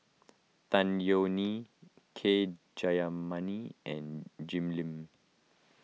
Tan Yeok Nee K Jayamani and Jim Lim